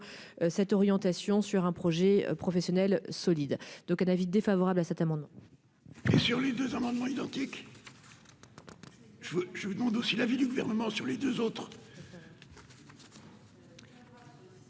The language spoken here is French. cette orientation sur un projet professionnel solide donc un avis défavorable à cet amendement. Et sur les deux amendements identiques, je vous, je vous demande aussi l'avis du gouvernement sur les 2 autres.